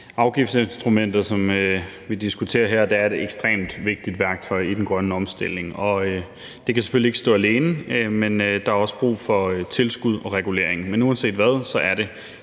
Afgiftsinstrumentet, som vi diskuterer her, er et ekstremt vigtigt værktøj i den grønne omstilling, og det kan selvfølgelig ikke stå alene, men der er også brug for et tilskud og en regulering. Men uanset hvad er det